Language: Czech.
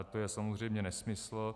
To je samozřejmě nesmysl.